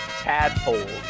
tadpoles